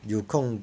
你有空